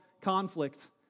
conflict